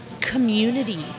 community